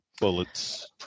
Bullets